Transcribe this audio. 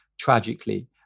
tragically